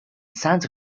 santa